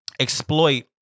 exploit